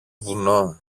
βουνό